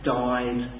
died